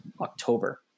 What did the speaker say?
October